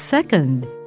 Second